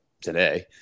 today